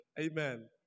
Amen